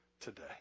today